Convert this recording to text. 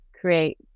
create